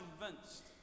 convinced